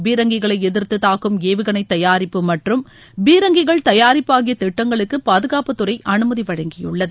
பீரங்கிகளை எதிர்த்து தாக்கும் ஏவுகணை தயாரிப்பு மற்றம் பீரங்கிகள் தயாரிப்பு ஆகிய திட்டங்களுக்கு பாதுகாப்புத்துறை அனுமதி வழங்கியுள்ளது